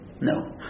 No